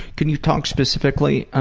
can you talk specifically